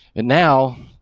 and now,